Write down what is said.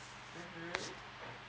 mm